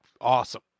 awesome